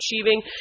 achieving